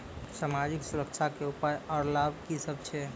समाजिक सुरक्षा के उपाय आर लाभ की सभ छै?